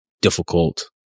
difficult